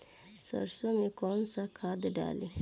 सरसो में कवन सा खाद डाली?